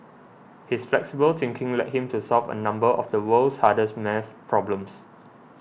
his flexible thinking led him to solve a number of the world's hardest maths problems